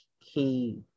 Key